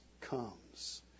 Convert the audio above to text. comes